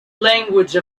language